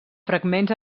fragments